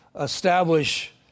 establish